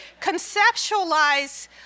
conceptualize